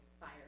fire